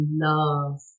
love